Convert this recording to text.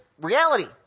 reality